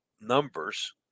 numbers